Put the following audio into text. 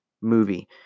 movie